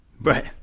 Right